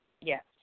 Yes